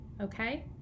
okay